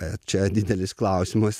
bet čia didelis klausimas